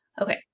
Okay